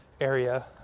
area